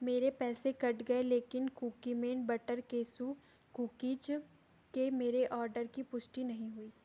मेरे पैसे कट गए लेकिन कुकीमैन बटर केसु कुकीज के मेरे ऑर्डर की पुष्टि नहीं हुई